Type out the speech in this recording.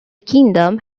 kingdom